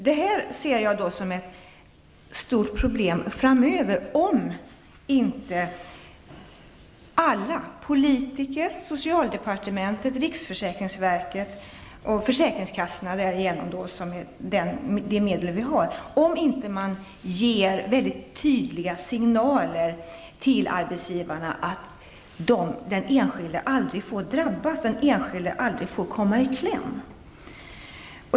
Jag ser det som ett stort problem framöver om inte alla -- politiker, socialdepartementet, riksförsäkringsverket och försäkringskassorna, som är de myndigheter vi har -- ger mycket tydliga signaler till arbetsgivarna att den enskilde aldrig får drabbas eller komma i kläm.